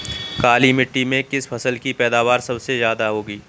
काली मिट्टी में किस फसल की पैदावार सबसे ज्यादा होगी?